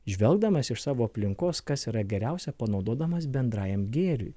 žvelgdamas iš savo aplinkos kas yra geriausia panaudodamas bendrajam gėriui